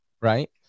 right